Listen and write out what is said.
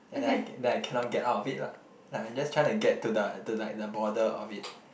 and then I then I cannot get out of it lah like I'm just trying to get to the to like the border of it